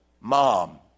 mom